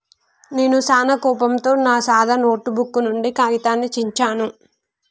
నాను సానా కోపంతో నా సాదా నోటుబుక్ నుండి కాగితాన్ని చించాను